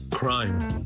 Crime